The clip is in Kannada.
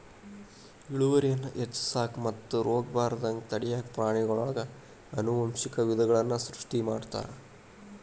ಇಳುವರಿಯನ್ನ ಹೆಚ್ಚಿಸಾಕ ಮತ್ತು ರೋಗಬಾರದಂಗ ತಡ್ಯಾಕ ಪ್ರಾಣಿಗಳೊಳಗ ಆನುವಂಶಿಕ ವಿಧಗಳನ್ನ ಸೃಷ್ಟಿ ಮಾಡ್ತಾರ